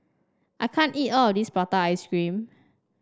I can't eat all of this Prata Ice Cream